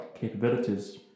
capabilities